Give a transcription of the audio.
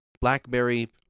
blackberry